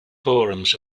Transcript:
forms